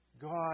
God